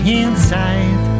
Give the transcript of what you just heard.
inside